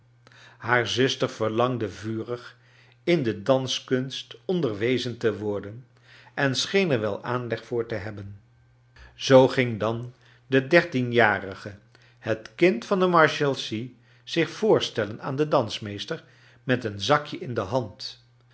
haar zuster verlangde vurig in de danskunst onderwezen te worden en scheen er wel aanleg voor te hebben zoo ging dan de dertienjarige het kind van de marshalsea zich voorstellen aan den dansmeester met een zakje in de hand